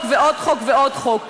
חוק ועוד חוק ועוד חוק.